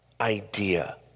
idea